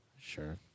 sure